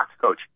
Coach